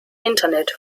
internet